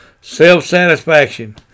Self-satisfaction